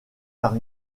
par